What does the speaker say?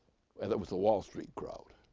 and that was the wall street crowd.